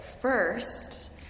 First